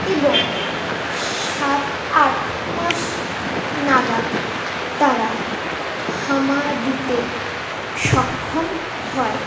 এবং সাত আট মাস নাগাদ তারা হামা দিতে সক্ষম হয়